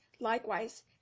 likewise